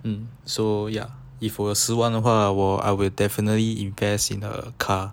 um so ya if 我有十万的话我 I will definitely invest in her car